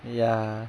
ya